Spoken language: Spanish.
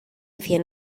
cien